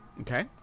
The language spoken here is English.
Okay